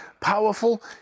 powerful